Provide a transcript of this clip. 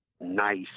nice